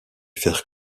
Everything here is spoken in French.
faire